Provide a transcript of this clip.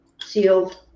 sealed